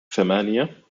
ثمانية